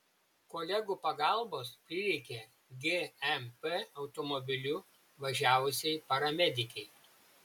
kolegų pagalbos prireikė gmp automobiliu važiavusiai paramedikei